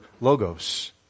logos